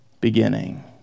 beginning